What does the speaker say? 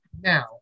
Now